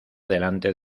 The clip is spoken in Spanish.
delante